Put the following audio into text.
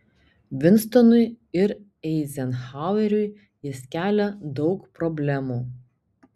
vinstonui ir eizenhaueriui jis kelia daug problemų